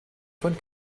von